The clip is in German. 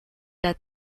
der